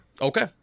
Okay